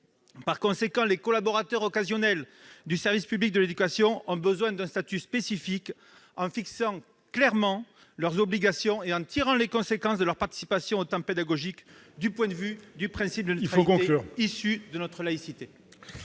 par conséquent de donner aux collaborateurs occasionnels du service public de l'éducation un statut spécifique, en fixant clairement leurs obligations et en tirant les conséquences de leur participation au temps pédagogique du point de vue du principe de neutralité, issu de notre laïcité.